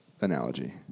analogy